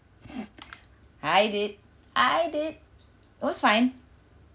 I did I did it was fine